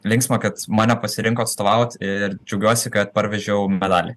linksma kad mane pasirinko atstovaut ir džiaugiuosi kad parvežiau medalį